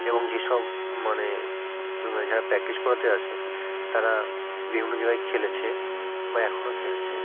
এবং যেসব মানে যারা প্র্যাকটিস করাতে আসে তারা বিভিন্ন জায়গায় খেলেছে মানে এখনও খেলছে